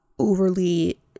overly